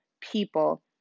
people